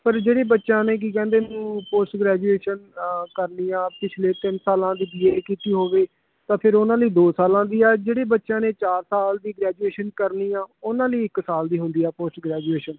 ਪਰ ਜਿਹੜੇ ਬੱਚਿਆਂ ਨੇ ਕੀ ਕਹਿੰਦੇ ਪੋਸਟ ਗ੍ਰੈਜੂਏਸ਼ਨ ਕਰਨੀ ਆ ਪਿਛਲੇ ਤਿੰਨ ਸਾਲਾਂ ਦੀ ਬੀ ਏ ਕੀਤੀ ਹੋਵੇ ਤਾਂ ਫਿਰ ਉਹਨਾਂ ਲਈ ਦੋ ਸਾਲਾਂ ਦੀ ਆ ਜਿਹੜੇ ਬੱਚਿਆਂ ਨੇ ਚਾਰ ਸਾਲ ਦੀ ਗ੍ਰੈਜੂਏਸ਼ਨ ਕਰਨੀ ਆ ਉਹਨਾਂ ਲਈ ਇੱਕ ਸਾਲ ਦੀ ਹੁੰਦੀ ਆ ਪੋਸਟ ਗ੍ਰੈਜੂਏਸ਼ਨ